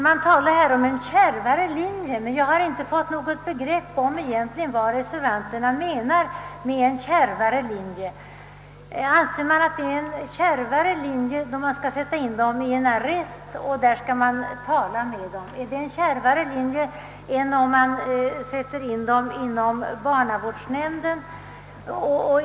Det talas här om en kärvare linje, men jag har inte fått något begrepp om vad reservanterna menar med en kärvare linje. Anser man att det är en kärvare linje att sätta in ungdomarna i en arrest för samtal än att ta hand om dem inom barnavårdsnämnden?